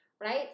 right